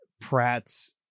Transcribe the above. pratt's